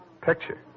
Picture